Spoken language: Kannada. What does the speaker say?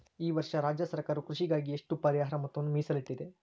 ಈ ವರ್ಷ ರಾಜ್ಯ ಸರ್ಕಾರವು ಕೃಷಿಗಾಗಿ ಎಷ್ಟು ಪರಿಹಾರ ಮೊತ್ತವನ್ನು ಮೇಸಲಿಟ್ಟಿದೆ?